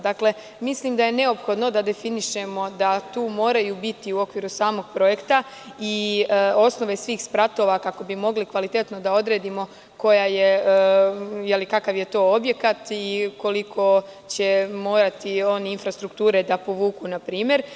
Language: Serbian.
Dakle, mislim da je neophodno da definišemo da tu moraju biti u okviru samog projekta i osnove svih spratova kako bi mogli kvalitetno da odredimo kakav je to objekat i koliko će morati oni infrastrukture da povuku, na primer.